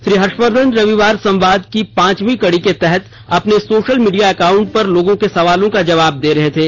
श्री हर्षवर्धन रविवार संवाद की पांचवीं कड़ी के तहत अपने सोशल मीडिया अकाउंट पर लोगों के सवालों के जवाब दे रहे थे